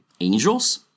angels